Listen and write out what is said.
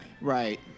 Right